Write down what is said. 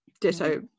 Ditto